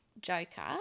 joker